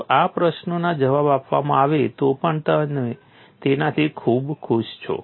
જો આ પ્રશ્નોના જવાબ આપવામાં આવે તો પણ તમે તેનાથી ખૂબ ખુશ છો